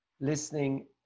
listening